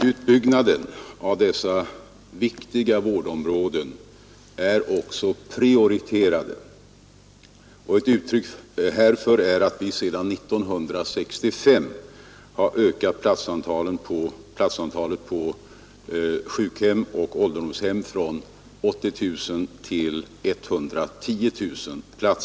Utbyggnaden av dessa viktiga vårdområden är också prioriterad, och ett uttryck härför är att vi sedan 1965 har ökat platsantalet på sjukhem och ålderdomshem från 80 000 till 110 000.